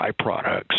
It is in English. byproducts